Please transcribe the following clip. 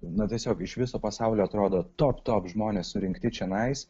na tiesiog iš viso pasaulio atrodo top top žmonės surinkti čionai